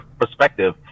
perspective